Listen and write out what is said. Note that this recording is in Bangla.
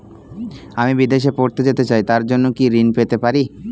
আমি বিদেশে পড়তে যেতে চাই তার জন্য কি কোন ঋণ পেতে পারি?